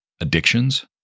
addictions